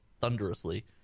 thunderously